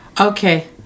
okay